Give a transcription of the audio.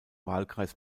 wahlkreis